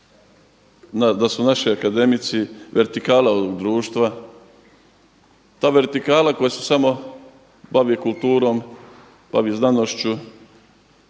da su naši akademici vertikala društva, ta vertikala koja se samo bavi kulturom, bavi znanošću,